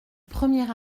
premier